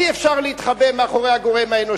אי-אפשר להתחבא מאחורי הגורם האנושי.